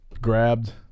grabbed